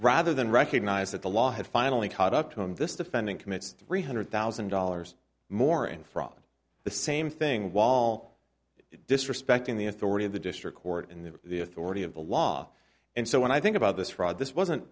rather than recognize that the law had finally caught up to him this defendant commits three hundred thousand dollars more in fraud the same thing wall disrespecting the authority of the district court in the the authority of the law and so when i think about this fraud this wasn't